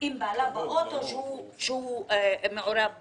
במקרה עם בעלה באוטו והוא מעורב בפלילים,